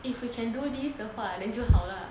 if we can do this 的话 then 就好了